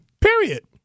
period